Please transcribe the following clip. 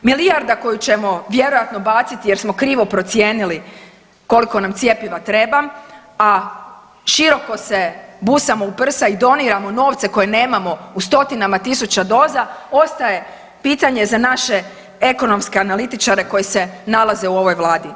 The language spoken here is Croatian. Milijarda koju ćemo vjerojatno baciti jer smo krivo procijenili koliko nam cjepiva treba, a široko se busamo u prsa i doniramo novce koje nemamo u stotinama tisuća doza ostaje pitanje za naše ekonomske analitičare koji se nalaze u ovoj Vladi.